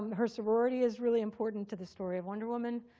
um her sorority is really important to the story of wonder woman.